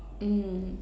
mm